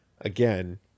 again